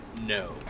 No